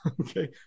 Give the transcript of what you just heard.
Okay